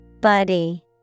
Buddy